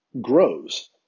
grows